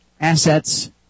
assets